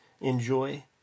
enjoy